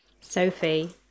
Sophie